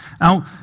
Now